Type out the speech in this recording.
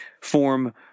form